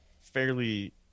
fairly –